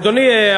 אדוני,